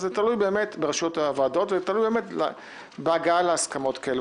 וזה תלוי באמת בהגעה להסכמות כאלו.